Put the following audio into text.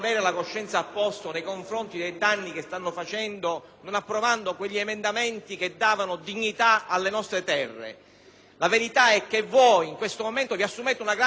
La verità è che voi, in questo momento, vi assumete una grande responsabilità rispetto alla vicenda dei FAS, perché non è assolutamente vero, caro collega Cicolani, che l'Europa ci aiuterà. Sono